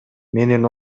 менин